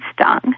stung